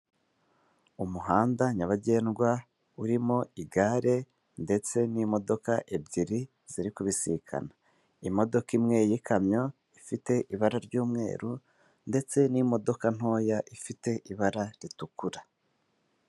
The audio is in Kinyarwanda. Umuhanda nyabagendwa urimo igare ndetse n'imodoka ebyiri ziri kubisikana. Imodoka imwe y'ikamyo ifite ibara ry'umweru ndetse n'imodoka ntoya ifite ibara ritukura.